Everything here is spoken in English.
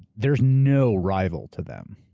there's no rival to them.